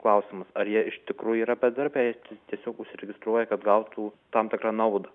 klausimas ar jie iš tikrųjų yra bedarbiai tiesiog užsiregistruoja kad gautų tam tikrą naudą